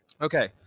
okay